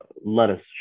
lettuce